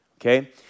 Okay